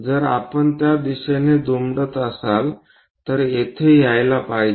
जर आपण त्या दिशेने दुमडत असाल तर येथे यायला पाहिजे